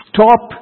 Stop